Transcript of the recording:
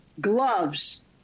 gloves